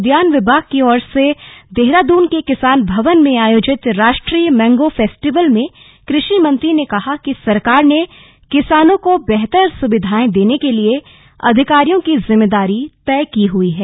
उद्यान विभाग की ओर से देहरादून के किसान भवन में आयोजित राष्ट्रीय मैंगो फेस्टीवल में कृषि मंत्री ने कहा कि सरकार ने किसानों को बेहतर सुविधाएं देने के लिए अधिकारियों की जिम्मेदारी तय की हुई हैं